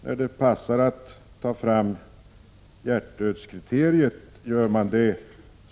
När det passar att ta fram hjärtdödskriteriet gör man det.